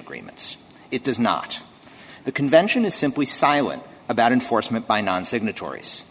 agreements it does not the convention is simply silent about enforcement by non signatories